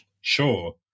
Sure